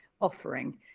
offering